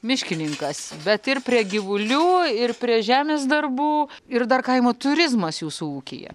miškininkas bet ir prie gyvulių ir prie žemės darbų ir dar kaimo turizmas jūsų ūkyje